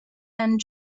and